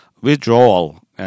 withdrawal